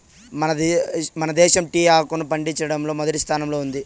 మన దేశం టీ ఆకును పండించడంలో మొదటి స్థానంలో ఉన్నాది